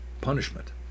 punishment